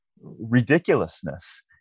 ridiculousness